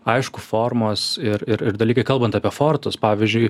aišku formos ir ir ir dalykai kalbant apie fortus pavyzdžiui